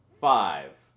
five